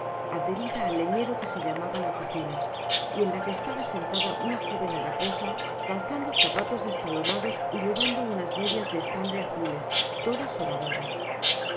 adherida al leñero que se llamaba la cocina y en la que estaba sentada una joven haraposa calzando zapatos destalonados y llevando unas medias de estambre azules todas horadadas